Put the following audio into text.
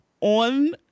on